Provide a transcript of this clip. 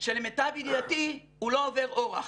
שלמיטב ידיעתי הוא לא עובר-אורח,